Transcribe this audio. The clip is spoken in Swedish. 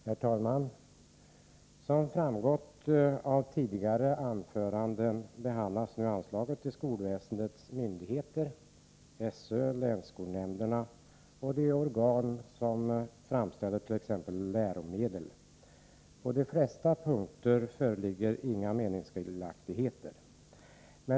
Herr talman! Som framgått av tidigare anföranden behandlas nu anslaget till skolväsendets myndigheter: SÖ, länsskolnämnderna och de organ som framställer t.ex. läromedel. På de flesta punkter föreligger inga meningsskiljaktigheter.